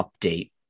update